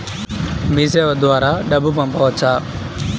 మీసేవ ద్వారా డబ్బు పంపవచ్చా?